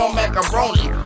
macaroni